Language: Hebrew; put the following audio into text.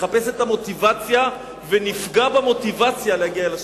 נחפש את המוטיבציה ונפגע במוטיבציה להגיע אל השכרות.